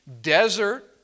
desert